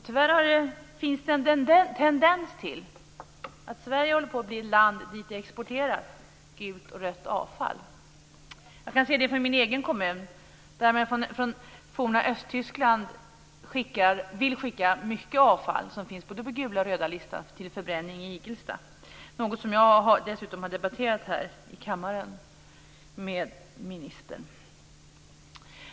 Tyvärr finns det en tendens att Sverige håller på att bli ett land dit det exporteras gult och rött avfall. Jag kan se det i min egen kommun. Där vill man från det forna Östtyskland skicka mycket avfall som finns både på den gula och den röda listan till förbränning i Igelsta. Det har jag debatterat här i kammaren med ministern.